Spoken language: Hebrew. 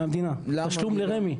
תשלום לרמ"י.